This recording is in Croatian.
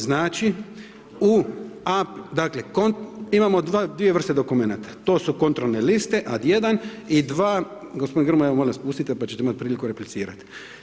Znači, u, a, dakle imamo dvije vrste dokumenata to su kontrolne liste ad1. i 2., gospodine Grmoja molim vas pustite pa ćete imati priliku replicirat.